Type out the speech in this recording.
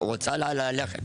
רוצה ללכת